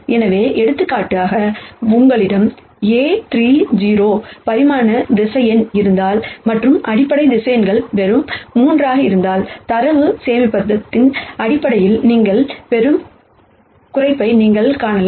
எனவே எடுத்துக்காட்டாக உங்களிடம் A₃0 பரிமாண வெக்டர்ஸ் இருந்தால் மற்றும் அடிப்படை வெக்டர்ஸ் வெறும் 3 ஆக இருந்தால் டேட்டா ஸ்டோரேஜ் அடிப்படையில் நீங்கள் பெறும் குறைப்பை நீங்கள் காணலாம்